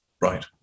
Right